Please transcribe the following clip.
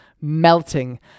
melting